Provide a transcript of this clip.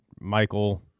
Michael